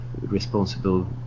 responsible